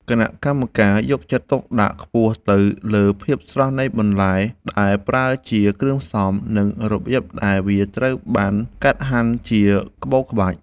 គណៈកម្មការយកចិត្តទុកដាក់ខ្ពស់ទៅលើភាពស្រស់នៃបន្លែដែលប្រើជាគ្រឿងផ្សំ និងរបៀបដែលវាត្រូវបានកាត់ហាន់ជាក្បូរក្បាច់។